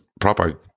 proper